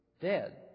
dead